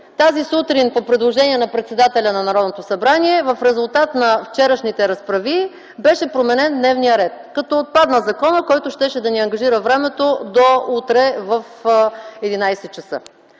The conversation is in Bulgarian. тази сутрин, по предложение на председателя на Народното събрание, в резултат на вчерашните разправии, беше променен дневният ред като отпадна законът, който щеше да ни ангажира времето до утре в 11,00 ч.